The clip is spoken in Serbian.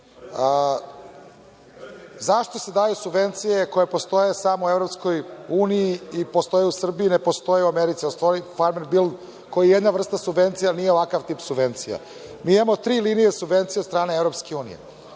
se daju subvencije koje postoje samo u EU i postoje u Srbiji, a ne postoje u Americi, ali postoji „farmer bild“ koji je jedna vrsta subvencija, ali nije ovakav tip subvencije? Mi imamo tri linije subvencija od strane EU.